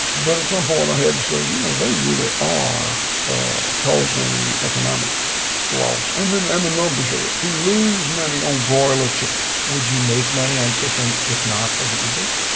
but at some point, i had to say, so you know, they really are causing economic loss. and then and the numbers show it. we lose money on broiler chickens would you make money on chickens if not for the eagles?